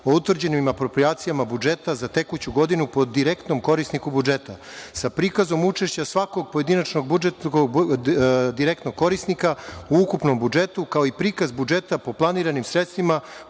o utvrđenim aproprijacijama budžeta za tekuću godinu po direktnom korisniku budžeta, sa prikazom učešća svakog pojedinačnog direktnog korisnika u ukupnom budžetu, kao i prikaz budžeta po planiranim sredstvima,